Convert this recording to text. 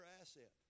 asset